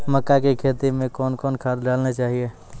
मक्का के खेती मे कौन कौन खाद डालने चाहिए?